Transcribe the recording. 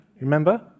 remember